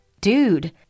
Dude